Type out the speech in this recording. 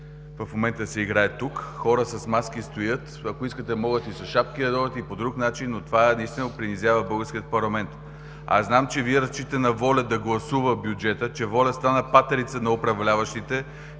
в момента се играе тук – хора с маски стоят. Ако искат, могат и с шапки да дойдат и по друг начин, но това наистина принизява българския парламент. Знам, че Вие разчитате на „Воля“ да гласува бюджета, че „Воля“ стана патерица на управляващите,